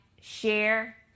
share